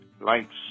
lights